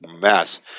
mess